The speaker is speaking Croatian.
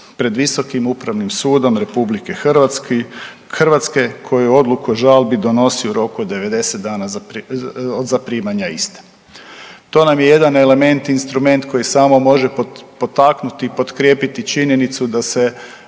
pred Visokim upravnim sudom Republike Hrvatske koju odluku o žalbi donosi u roku od 90 dana od zaprimanja iste. To nam j e jedan element, instrument koji samo može potaknuti i potkrijepiti činjenicu da se